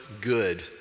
good